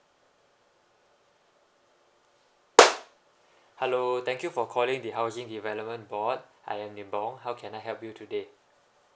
hello thank you for calling the housing development board I am nibong how can I help you today